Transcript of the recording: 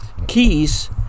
keys